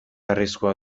arriskua